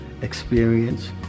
experience